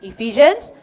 Ephesians